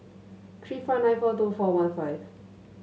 three five nine four two four one five